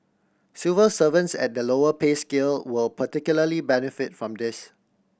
civil servants at the lower pay scale will particularly benefit from this